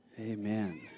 Amen